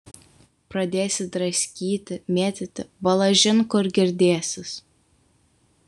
pradėsi draskyti mėtyti balažin kur girdėsis